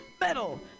Metal